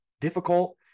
Difficult